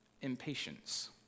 impatience